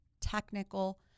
technical